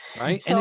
right